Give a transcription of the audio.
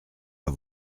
vas